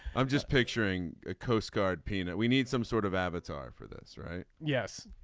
i'm just picturing a coast guard peanut we need some sort of avatar for this right. yes.